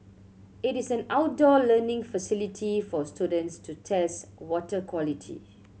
it is an outdoor learning facility for students to test water quality